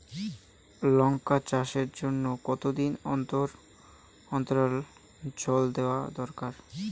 লঙ্কা চাষের জন্যে কতদিন অন্তর অন্তর জল দেওয়া দরকার?